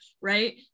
right